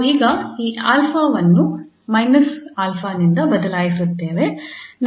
ನಾವು ಈಗ ಈ 𝛼 ವನ್ನು −𝛼 ನಿಂದ ಬದಲಾಯಿಸುತ್ತೇವೆ